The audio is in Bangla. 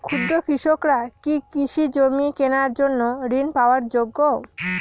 ক্ষুদ্র কৃষকরা কি কৃষি জমি কেনার জন্য ঋণ পাওয়ার যোগ্য?